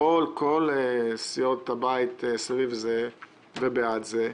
כל סיעות הבית סביב זה ובעד זה.